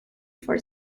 for